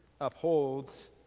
Upholds